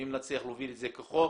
אם נצליח להוביל את זה כחוק,